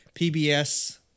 PBS